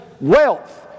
wealth